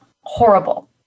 horrible